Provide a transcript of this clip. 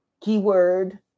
Keyword